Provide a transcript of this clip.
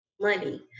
money